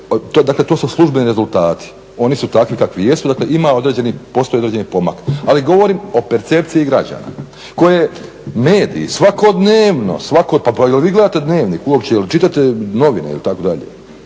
dakle to su službeni rezultati, oni su takvi kakvi jesu, dakle ima određeni, postoji određeni pomak, ali govorim o percepciji građana koje mediji svakodnevno, svakodnevno, pa jel vi gledate dnevnik uopće jel čitate novine ili tako dalje,